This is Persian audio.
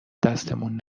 دستمون